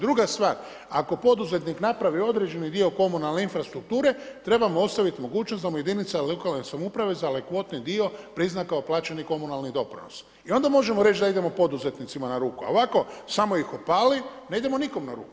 Druga stvar, ako poduzetnik napravi određeni dio komunalne infrastrukture, trebamo ostaviti mogućnost da mu jedinice lokalne samouprave za onaj kvotni dio prizna kao plaćeni komunalni doprinos i onda možemo reći da idemo poduzetnicima na ruku, a ovako samo ih opali, ne idemo nikome na ruku.